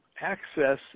access